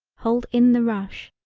hold in the rush,